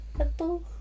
Apple